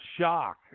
Shock